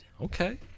Okay